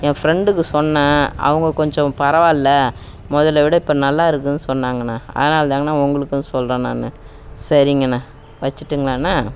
என் ஃப்ரெண்டுக்கு சொன்னேன் அவங்க கொஞ்சம் பரவாயில்லை முதல்ல விட இப்போ நல்லா இருக்குதுன்னு சொன்னாங்கண்ணா அதனால் தாங்கண்ணா உங்களுக்கும் சொல்கிறேன் நான் சரிங்கண்ணா வச்சிட்டுங்களாண்ணா